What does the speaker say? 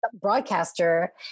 broadcaster